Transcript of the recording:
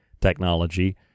technology